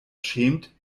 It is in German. schämt